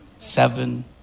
Seven